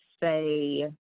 say